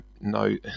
no